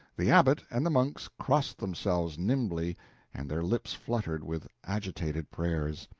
the abbot and the monks crossed themselves nimbly and their lips fluttered with agitated prayers.